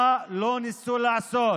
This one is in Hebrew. מה לא ניסו לעשות